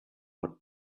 what